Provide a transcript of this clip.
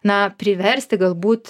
na priversti galbūt